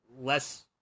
less